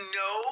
no